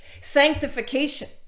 sanctification